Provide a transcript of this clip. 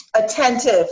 attentive